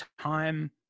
time